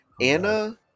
Anna